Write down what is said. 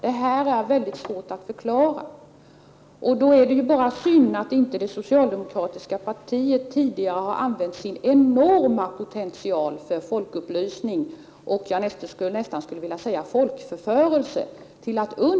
Det vore utomordentligt allvarligt för Sveriges förmåga att föra en fast neutralitetspolitik om en öppen säkerhetspolitisk debatt av den utrikespolitiska ledningen framställdes som ett hot mot neutralitetspolitikens trovärdighet. Det får inte vara vaga föreställningar om vad som är inrikesoch utrikespolititiskt önskvärt som styr debatten om de hotbilder svensk säkerhetspolitik har att möta.